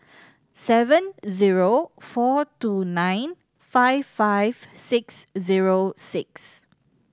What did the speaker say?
seven zero four two nine five five six zero six